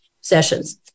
sessions